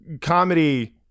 comedy